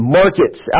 markets